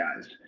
guys